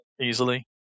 easily